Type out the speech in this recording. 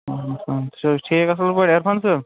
تُہۍ چھُو حظ ٹھیٖک اَصٕل پٲٹھۍ احسان صٲب